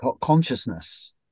consciousness